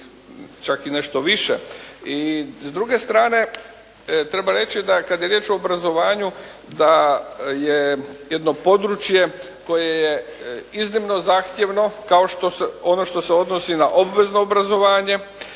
čak i nešto više. I s druge strane treba reći da kad je riječ o obrazovanju da je jedno područje koje je iznimno zahtjevno kao ono što se odnosi na obvezno obrazovanje,